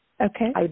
Okay